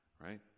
right